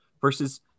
versus